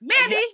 Mandy